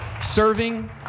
Serving